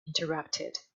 interrupted